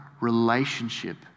relationship